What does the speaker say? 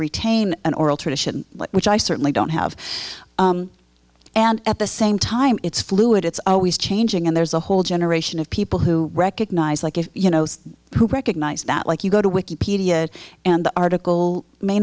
retain an oral tradition which i certainly don't have and at the same time it's fluid it's always changing and there's a whole generation of people who recognise like if you know who recognise that like you go to wikipedia and the article may